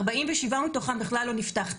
47 מתוכם בכלל לא נפתח תיק,